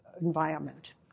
environment